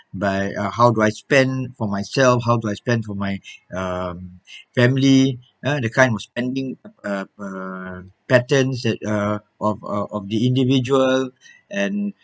by how do I spend for myself how do I spend for my um family ah the kind of spending uh uh patterns that are of of of the individual and